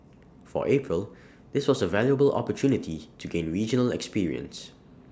for April this was A valuable opportunity to gain regional experience